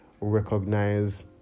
recognize